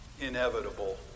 inevitable